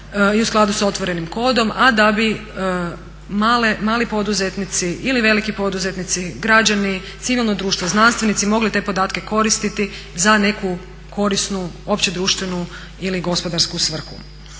i u skladu s otvorenim kodom, a da bi mali poduzetnici ili veliki poduzetnici, građani, civilno društvo, znanstvenici mogli te podatke koristiti za neku korisnu, općedruštvenu ili gospodarsku svrhu.